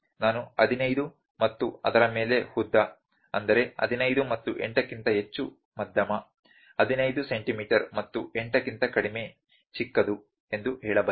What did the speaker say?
ನಾನು 15 ಮತ್ತು ಅದರ ಮೇಲೆ ಉದ್ದ ಅಂದರೆ 15 ಮತ್ತು 8 ಕ್ಕಿಂತ ಹೆಚ್ಚು ಮಧ್ಯಮ 8 ಸೆಂಟಿಮೀಟರ್ ಮತ್ತು 8 ಕ್ಕಿಂತ ಕಡಿಮೆ ಚಿಕ್ಕದು ಎಂದು ಹೇಳಬಲ್ಲೆ